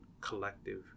collective